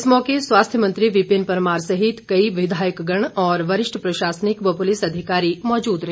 इस मौके स्वास्थ्य मंत्री विपिन परमार सहित कई विधायकगण और वरिष्ठ प्रशासनिक व पुलिस अधिकारी मौजूद रहे